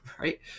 right